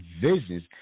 visions